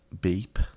Beep